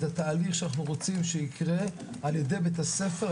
התהליך שאנחנו רוצים שיקרה על-ידי בית-הספר,